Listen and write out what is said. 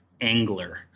Angler